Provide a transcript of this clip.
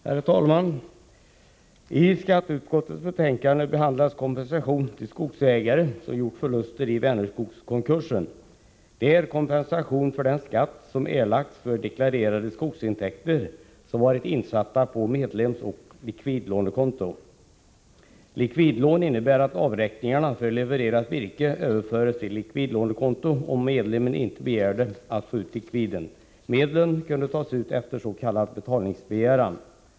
Herr talman! I skatteutskottets betänkande behandlas kompensation till skogsägare som gjort förluster i Vänerskogskonkursen. Det är kompensation för den skatt som har erlagts för deklarerade skogsintäkter som varit insatta på medlemsoch likvidlånekonto. Likvidlån innebär att avräkningar för levererat virke överförs till likvidlånekonto om medlemmen inte begärt att få ut likviden. Medlen kunde tas ut efter s.k. betalningsbegäran.